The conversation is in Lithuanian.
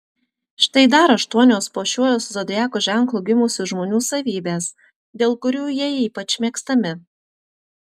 štai dar aštuonios po šiuo zodiako ženklu gimusių žmonių savybės dėl kurių jie ypač mėgstami